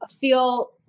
feel